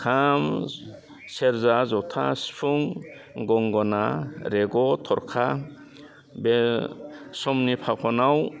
खाम सेर्जा ज'था सिफुं गंगोना रेग' थरखा बे समनि फाख'नाव